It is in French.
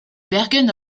bergen